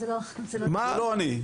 זה לא אני,